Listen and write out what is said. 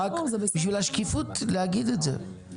רק בשביל השקיפות להגיד את זה,